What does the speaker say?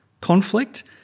Conflict